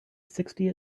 sixty